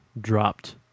dropped